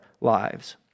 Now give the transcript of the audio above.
lives